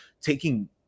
Taking